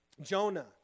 Jonah